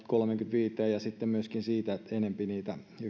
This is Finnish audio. kolmeenkymmeneenviiteen ja sitten myöskin siitä enempi